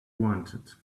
wanted